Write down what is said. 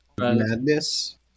madness